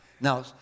Now